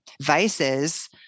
vices